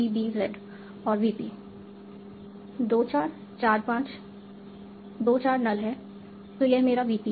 2 4 4 5 2 4 null है तो यह मेरा VP है